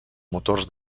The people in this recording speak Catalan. motors